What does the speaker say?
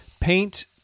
Paint